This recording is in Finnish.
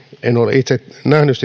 en ole itse nähnyt